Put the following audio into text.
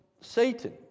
Satan